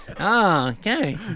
okay